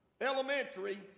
Elementary